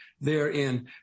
therein